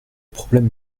problème